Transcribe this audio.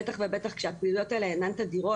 בטח ובטח כשהפעילויות האלה אינן תדירות.